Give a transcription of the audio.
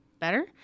better